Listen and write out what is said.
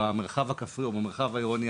במרחב הכפרי או במרחב העירוני,